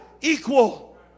equal